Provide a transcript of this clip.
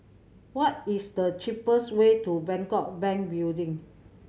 what is the cheapest way to Bangkok Bank Building